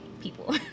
people